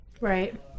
right